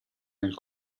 nel